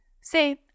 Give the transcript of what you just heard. Say